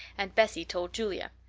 and bessie told julia.